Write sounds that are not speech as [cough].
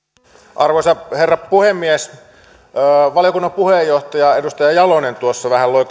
arvoisa herra puhemies valiokunnan puheenjohtaja edustaja jalonen tuossa vähän loi [unintelligible]